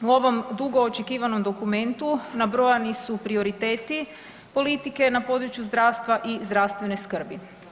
U ovom dugo očekivanom dokumentu nabrojani su prioriteti politike na području zdravstva i zdravstvene skrbi.